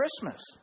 Christmas